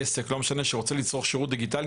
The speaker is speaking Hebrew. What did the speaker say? עסק וכו' שרוצה לצרוך שירות דיגיטלי